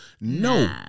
No